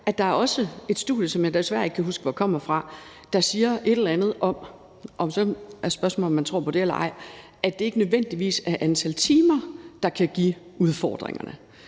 hvor kommer fra, der siger – og så er spørgsmålet, om man tror på det eller ej – at det ikke nødvendigvis er antallet af timer, der kan give udfordringerne.